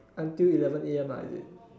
until eleven A_M ah is it